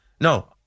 No